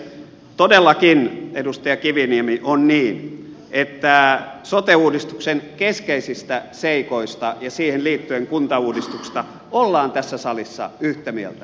todellakin edustaja kiviniemi on niin että sote uudistuksen keskeisistä seikoista ja siihen liittyen kuntauudistuksesta ollaan tässä salissa yhtä mieltä